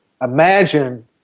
imagine